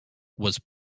was